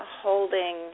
holding